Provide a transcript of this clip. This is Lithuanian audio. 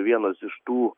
vienas iš tų